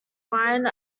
line